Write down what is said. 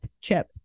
Chip